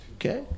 okay